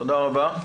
תודה רבה.